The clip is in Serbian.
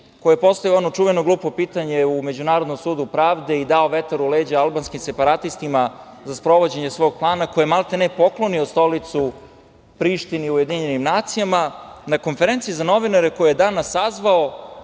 koji je postavio ono čuveno glupo pitanje u Međunarodnom sudu pravde i dao vetar u leđa albanskim separatistima za sprovođenje svog plana, koji je maltene poklonio stolicu Prištini u UN, na konferenciji za novinare koju je danas sazvao,